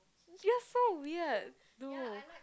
you are so weird do